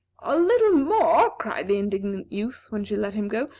a little more, cried the indignant youth, when she let him go,